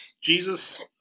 Jesus